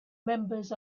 members